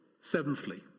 Seventhly